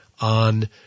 on